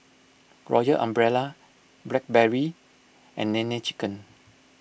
Royal Umbrella Blackberry and Nene Chicken